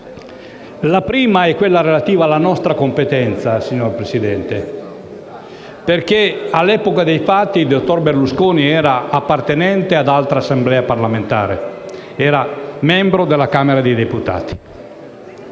la prima è relativa alla nostra competenza, signor Presidente, perché all'epoca dei fatti il dottor Berlusconi era appartenente ad altra Assemblea parlamentare: era membro della Camera dei deputati.